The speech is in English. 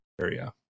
Area